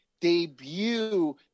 debut